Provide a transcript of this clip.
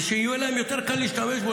ושיהיה להם יותר קל להשתמש בו,